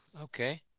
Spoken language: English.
Okay